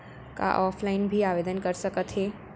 का ऑफलाइन भी आवदेन कर सकत हे?